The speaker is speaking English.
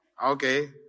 Okay